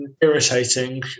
irritating